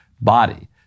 body